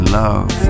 love